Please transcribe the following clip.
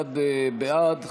31 בעד,